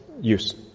use